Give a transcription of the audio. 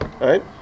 right